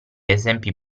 esempi